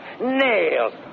nails